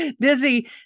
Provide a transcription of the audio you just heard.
disney